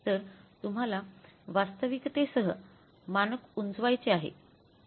तर तुम्हाला वास्तविकतेसह मानक उंचावायचे आहे